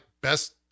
best